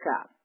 up